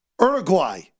Uruguay